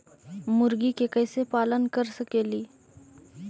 मुर्गि के कैसे पालन कर सकेली?